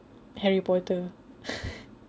harry potter